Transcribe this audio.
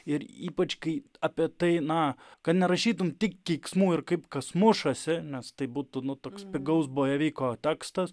ir ypač kai apie tai na kad nerašytum tik keiksmų ir kaip kas mušasi nes tai būtų na toks pigaus bojeviko tekstas